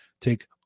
take